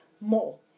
more